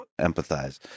empathize